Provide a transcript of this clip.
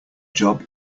job